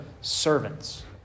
servants